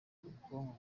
ubwonko